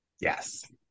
Yes